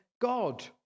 God